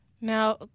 Now